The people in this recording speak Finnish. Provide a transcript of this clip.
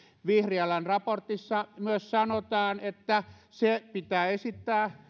vihriälän raportissa myös sanotaan että se pitää esittää